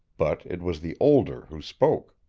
but it was the older who spoke.